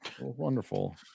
wonderful